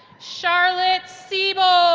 charlotte seybold